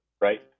Right